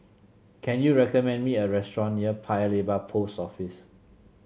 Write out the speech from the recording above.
can you recommend me a restaurant near Paya Lebar Post Office